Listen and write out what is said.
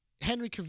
Henry